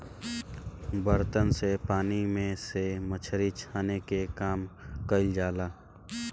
बर्तन से पानी में से मछरी छाने के काम कईल जाला